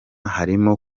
harimo